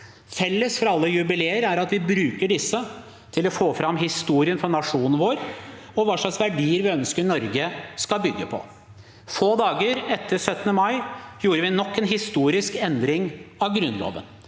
Felles for alle jubileer er at vi bruker disse til å få fram historien til nasjonen vår og hva slags verdier vi ønsker Norge skal bygge på. Få dager etter 17. mai gjorde vi nok en historisk endring av Grunnloven.